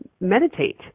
meditate